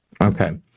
Okay